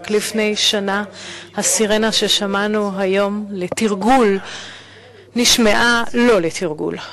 רק לפני שנה הסירנה ששמענו היום לתרגול נשמעה לא לתרגול.